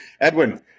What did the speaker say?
Edwin